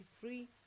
free